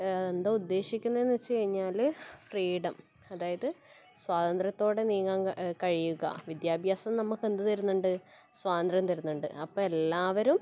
എന്താ ഉദ്ദേശിക്കുന്നതെന്ന് വെച്ച് കഴിഞ്ഞാൽ ഫ്രീഡം അതായത് സ്വാതന്ത്ര്യത്തോടെ നീങ്ങാൻ കഴിയുക വിദ്യാഭ്യാസം നമുക്ക് എന്ത് തരുന്നുണ്ട് സ്വാതന്ത്ര്യം തരുന്നുണ്ട് അപ്പോൾ എല്ലാവരും